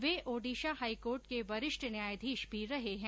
वे Odisha high court के वरिष्ठ न्यायाधीश भी रहे है